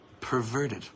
Perverted